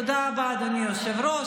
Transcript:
תודה רבה, אדוני היושב-ראש.